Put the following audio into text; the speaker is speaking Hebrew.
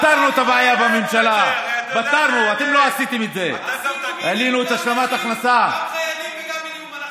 העלינו גם לנכים וגם לחיילים.